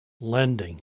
lending